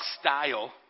style